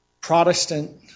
Protestant